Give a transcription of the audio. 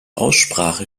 aussprache